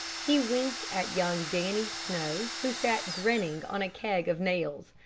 he winked at young dannie snow, who sat grinning on a keg of nails,